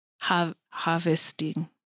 harvesting